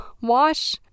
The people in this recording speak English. wash